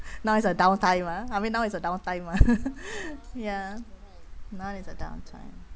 now is a downtime mah I mean now is a down time mah ya now is a down time